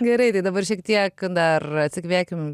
gerai tai dabar šiek tiek dar atsikvėpkim